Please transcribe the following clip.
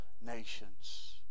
nations